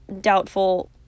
doubtful